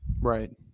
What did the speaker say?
Right